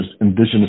indigenous